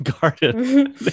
garden